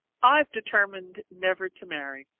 i've determined never to marry.